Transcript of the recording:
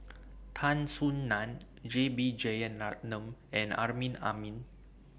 Tan Soo NAN J B Jeyaretnam and Amrin Amin